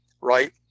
right